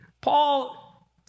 Paul